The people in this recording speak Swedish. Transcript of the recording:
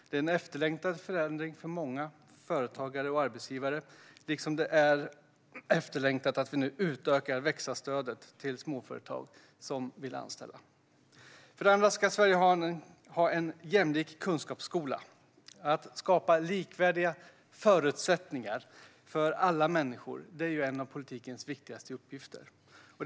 Det är en efterlängtad förändring för många företagare och arbetsgivare, liksom det är efterlängtat att vi nu utökar växa-stödet till småföretag som vill anställa. För det andra ska Sverige ha en jämlik kunskapsskola. Att skapa likvärdiga förutsättningar för alla människor är en av politikens viktigaste uppgifter.